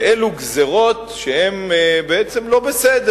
ואלו גזירות שהן בעצם לא בסדר.